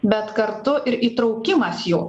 bet kartu ir įtraukimas jų